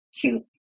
cute